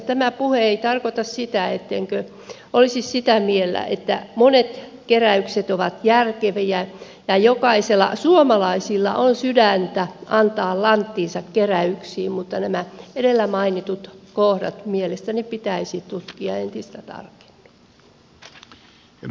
tämä puhe ei tarkoita sitä ettenkö olisi sitä mieltä että monet keräykset ovat järkeviä ja suomalaisilla on sydäntä antaa lanttinsa keräyksiin mutta nämä edellä mainitut kohdat mielestäni pitäisi tutkia entistä tarkemmin